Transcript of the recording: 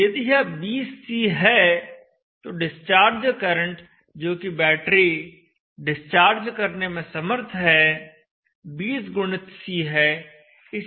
यदि यह 20C है तो डिस्चार्ज करंट जो कि बैटरी डिस्चार्ज करने में समर्थ है 20 गुणित C है